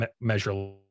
measure